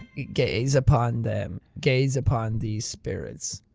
gaze upon them! gaze upon these spirits!